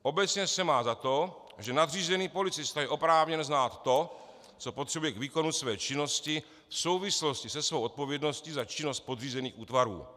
Obecně se má za to, že nadřízený policista je oprávněn znát to, co potřebuje k výkonu své činnosti v souvislosti se svou odpovědností za činnost podřízených útvarů.